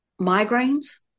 migraines